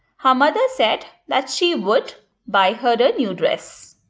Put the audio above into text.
her mother said that she would buy her a new dress.